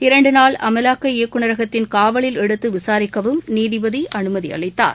இரண்டு நாள் அமலாக்க இயக்குனரகத்தின் காவலில் விசாரிப்பதற்கும் நீதிபதி அனுமதி அளித்தார்